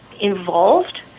involved